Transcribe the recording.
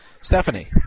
Stephanie